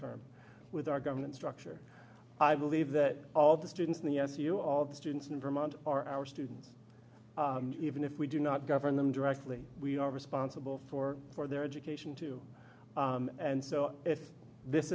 term with our government structure i believe that all the students in the su all the students in vermont are our students even if we do not govern them directly we are responsible for for their education too and so if this